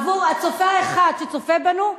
עבור הצופה האחד שצופה בנו,